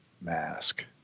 mask